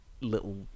little